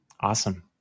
Awesome